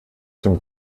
zum